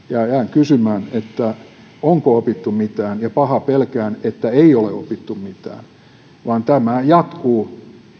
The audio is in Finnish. kysymään onko opittu mitään ja pahoin pelkään että ei ole opittu mitään vaan tämä jatkuu